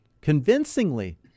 convincingly